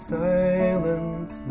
silence